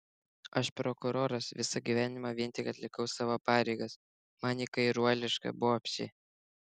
aš prokuroras visą gyvenimą vien tik atlikau savo pareigas man ji kairuoliška bobšė